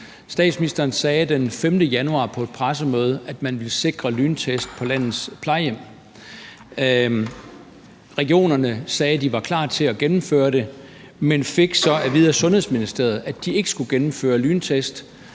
Statsministeren sagde den 5. januar på et pressemøde, at man ville sikre lyntest på landets plejehjem. Regionerne sagde, at de var klar til at gennemføre det, men fik så at vide af Sundhedsministeriet, at de ikke skulle gennemføre lyntest,